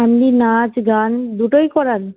আপনি নাচ গান দুটোই করান